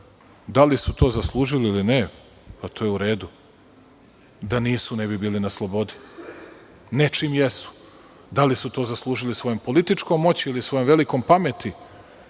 li su to zaslužili ili ne, pa to je u redu. Da nisu, ne bi bili na slobodi. Nečim jesu, da li su to zaslužili svojom političkom moći ili svojom velikom pameti,